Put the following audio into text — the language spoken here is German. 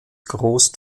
großen